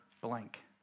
blank